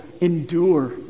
endure